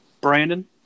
Brandon